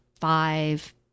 five